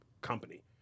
company